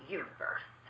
universe